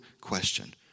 question